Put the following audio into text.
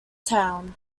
town